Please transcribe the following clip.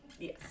Yes